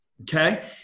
okay